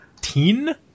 Teen